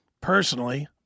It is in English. Personally